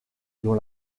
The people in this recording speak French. dont